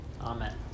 Amen